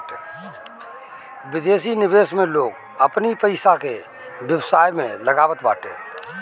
विदेशी निवेश में लोग अपनी पईसा के व्यवसाय में लगावत बाटे